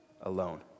alone